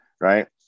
right